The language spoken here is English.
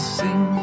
sing